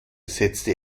setzte